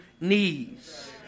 knees